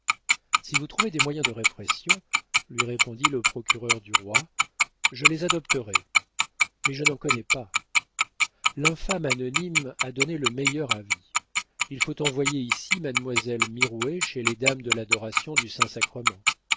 si vous trouvez des moyens de répression lui répondit le procureur du roi je les adopterai mais je n'en connais pas l'infâme anonyme a donné le meilleur avis il faut envoyer ici mademoiselle mirouët chez les dames de l'adoration du saint-sacrement